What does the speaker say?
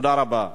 תודה רבה.